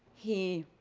he